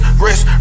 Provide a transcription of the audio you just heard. wrist